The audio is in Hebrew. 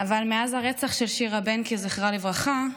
אבל מאז הרצח של שירה בנקי, זכרה לברכה,